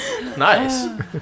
Nice